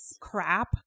crap